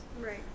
Right